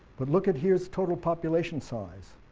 but look at here's total population size.